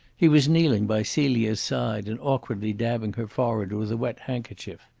he was kneeling by celia's side and awkwardly dabbing her forehead with a wet handkerchief.